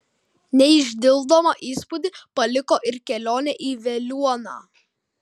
neišdildomą įspūdį paliko ir kelionė į veliuoną